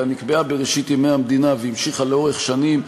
אלא נקבעה בראשית ימי המדינה והמשיכה לאורך שנים,